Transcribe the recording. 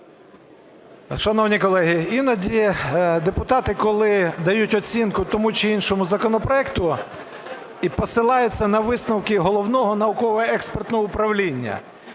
Шановні колеги, іноді депутати, коли дають оцінку тому чи іншому законопроекту і посилаються на висновки Головного науково-експертного управління